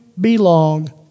belong